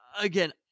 Again